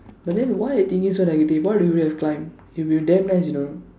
but then why the thing is so that we K why would we have climb it will be damn nice you know